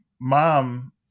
mom